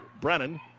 Brennan